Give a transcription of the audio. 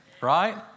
Right